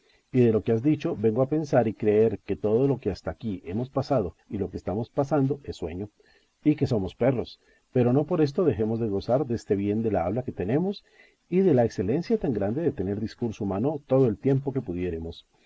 y de lo que has dicho vengo a pensar y creer que todo lo que hasta aquí hemos pasado y lo que estamos pasando es sueño y que somos perrros pero no por esto dejemos de gozar deste bien de la habla que tenemos y de la excelencia tan grande de tener discurso humano todo el tiempo que pudiéremos